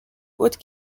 haute